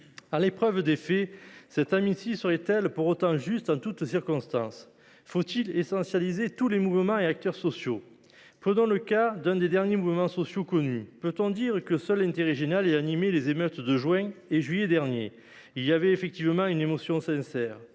À l’épreuve des faits, cette amnistie serait elle pour autant juste en toutes circonstances ? Faut il essentialiser tous les mouvements et acteurs sociaux ? Prenons le cas de l’un des derniers mouvements sociaux connus. Peut on dire que seul l’intérêt général ait animé les émeutes des mois de juin et juillet derniers ? Si une émotion sincère